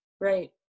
Right